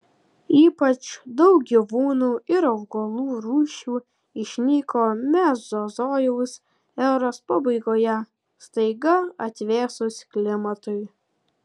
ypač daug gyvūnų ir augalų rūšių išnyko mezozojaus eros pabaigoje staiga atvėsus klimatui